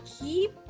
keep